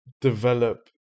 develop